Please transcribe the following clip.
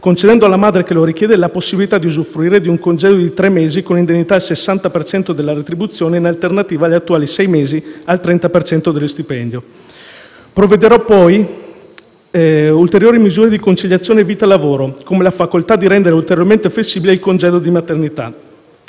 concedendo alla madre che lo richiede la possibilità di usufruire di un congedo di tre mesi con indennità al 60 per cento della retribuzione, in alternativa agli attuali sei mesi al 30 per cento dello stipendio; prevederò, poi, ulteriori misure di conciliazione vita-lavoro come la facoltà di rendere ulteriormente flessibile il congedo di maternità;